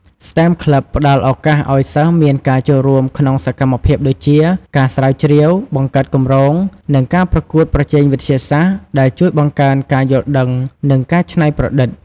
STEM Club ផ្តល់ឱកាសឲ្យសិស្សមានការចូលរួមក្នុងសកម្មភាពដូចជា ការស្រាវជ្រាវ បង្កើតគម្រោង និងការប្រកួតប្រជែងវិទ្យាសាស្ត្រ ដែលជួយបង្កើនការយល់ដឹង និងការច្នៃប្រឌិត។